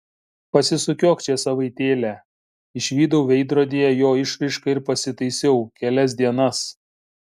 pasisukiok čia savaitėlę išvydau veidrodyje jo išraišką ir pasitaisiau kelias dienas